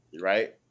right